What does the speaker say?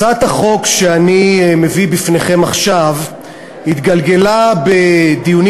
הצעת החוק שאני מביא בפניכם עכשיו התגלגלה בדיונים